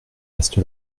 reste